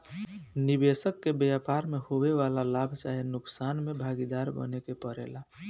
निबेसक के व्यापार में होए वाला लाभ चाहे नुकसान में भागीदार बने के परेला